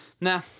nah